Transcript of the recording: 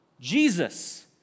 Jesus